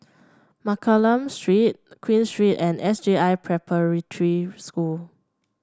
Mccallum Street Queen Street and S J I Preparatory School